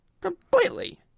Completely